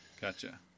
gotcha